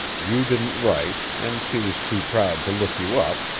you didn't write, and she was too proud to look you up,